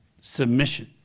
submission